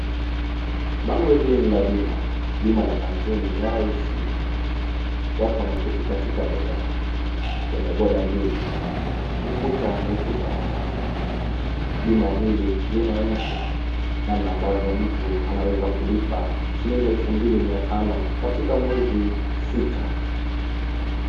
Bango hili ni la bima. Bima la kampuni ya Rahisi. Watu wameketi katika bodaboda mbili. Ukuta ni ukuta wa mawe. Bima hili linaonyesha namna ambavyo mtu anawezakulipa shilingi 2500 katika mwezi sita.